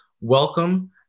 welcome